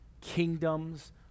kingdoms